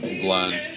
blend